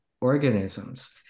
organisms